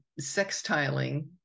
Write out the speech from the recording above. sextiling